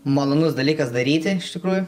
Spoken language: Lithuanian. malonus dalykas daryti iš tikrųjų